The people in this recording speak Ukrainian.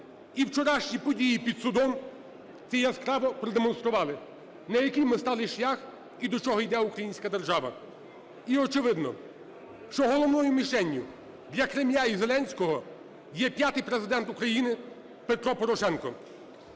І вчорашні події під судом – це яскраво продемонстрували, на який ми стали шлях і до чого іде українська держава. І очевидно, що головною мишенью для Кремля і Зеленського є п'ятий Президент України Петро Порошенко.